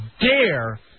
dare